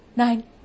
Nine